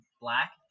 black